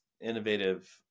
innovative